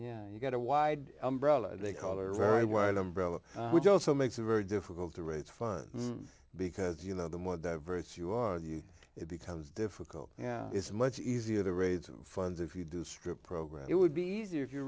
yeah you get a wide umbrella they color very wide umbrella which also makes it very difficult to raise funds because you know the more diverse you are you it becomes difficult yeah it's much easier the raids of funds if you do strip program it would be easier if you